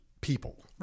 people